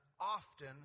often